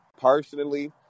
personally